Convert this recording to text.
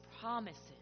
promises